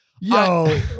yo